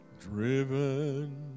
driven